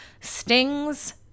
Sting's